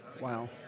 Wow